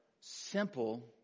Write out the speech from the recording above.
simple